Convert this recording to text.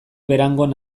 berangon